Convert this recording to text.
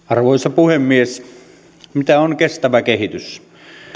arvoisa puhemies mitä on kestävä kehitys